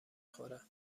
خوره